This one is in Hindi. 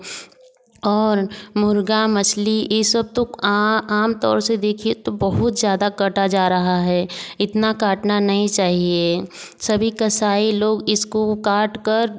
और मुर्गा मछली यह सब तो आम तौर से देखिए तो बहुत ज़्यादा कटा जा रहा है इतना काटना नहीं चाहिए सभी कसाई लोग इसको काट कर